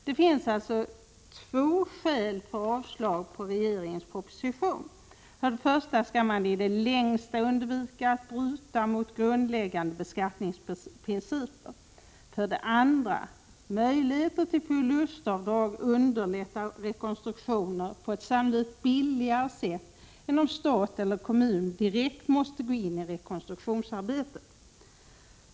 Det finns således två skäl för avslag på regeringens proposition: För det första skall man i det längsta undvika att bryta mot grundläggande beskattningsprinciper. För det andra underlättar möjligheter till förlustavdrag rekonstruktioner på ett sannolikt billigare sätt än om stat eller kommun direkt måste gå in i rekonstruktionsarbetet.